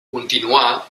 continuà